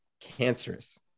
cancerous